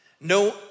No